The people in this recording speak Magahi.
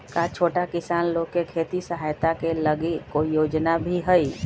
का छोटा किसान लोग के खेती सहायता के लगी कोई योजना भी हई?